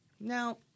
Now